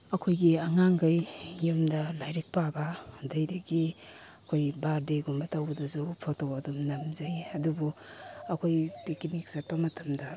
ꯑꯩꯈꯣꯏꯒꯤ ꯑꯉꯥꯡꯒꯩ ꯌꯨꯝꯗ ꯂꯥꯏꯔꯤꯛ ꯄꯥꯕ ꯑꯗꯩꯗꯒꯤ ꯑꯩꯈꯣꯏ ꯕꯥꯔꯗꯦꯒꯨꯝꯕ ꯇꯧꯕꯗꯁꯨ ꯐꯣꯇꯣ ꯑꯗꯨꯝ ꯅꯝꯖꯩ ꯑꯗꯨꯕꯨ ꯑꯩꯈꯣꯏ ꯄꯤꯛꯅꯤꯛ ꯆꯠꯄ ꯃꯇꯝꯗ